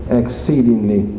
exceedingly